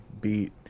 beat